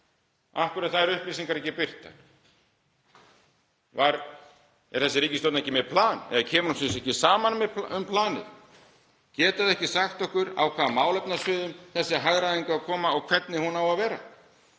eru þær upplýsingar ekki birtar? Er þessi ríkisstjórn ekki með plan eða kemur hún sér ekki saman um planið? Geta þau ekki sagt okkur á hvaða málefnasviðum þessi hagræðing á að koma og hvernig hún á að vera?